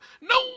No